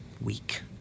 weak